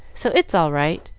so it's all right.